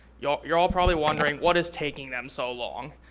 you're you're all probably wondering, what is taking them so long?